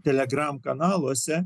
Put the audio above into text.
telegram kanaluose